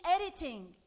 editing